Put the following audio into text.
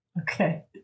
Okay